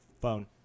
phone